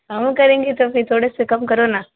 हम करेंगे तो फिर थोड़े से कम करो ना